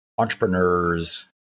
Entrepreneurs